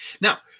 Now